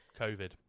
COVID